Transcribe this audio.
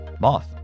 Moth